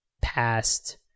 past